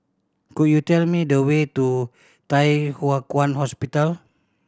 could you tell me the way to Thye Hua Kwan Hospital